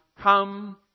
come